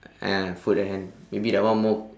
eh foot and hand maybe that one more